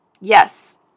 Yes